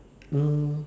um